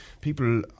people